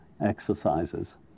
exercises